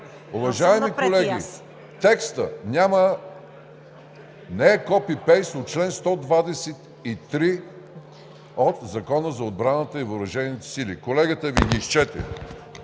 Уважаеми колеги, текстът не е копи-пейст на чл. 123 от Закона за отбраната и въоръжените сили. Колегата Ви го изчете.